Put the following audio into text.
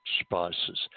spices